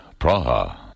Praha